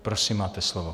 Prosím, máte slovo.